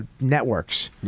networks